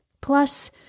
Plus